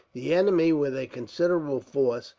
the enemy, with a considerable force,